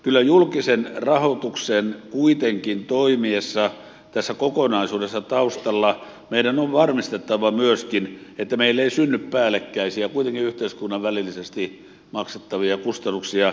kyllä julkisen rahoituksen kuitenkin toimiessa tässä kokonaisuudessa taustalla meidän on varmistettava myöskin että meille ei synny päällekkäisiä kuitenkin yhteiskunnan välillisesti maksettavia kustannuksia